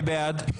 מי בעד?